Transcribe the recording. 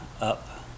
up